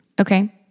Okay